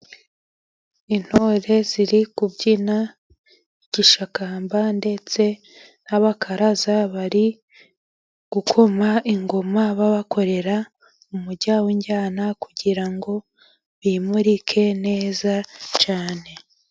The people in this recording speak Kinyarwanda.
Intore ziri kubyina igishakamba, ndetse n'abakaraza bari gukoma ingoma babakorera umujya w'injyana, kugira ngo bimurike neza cyane.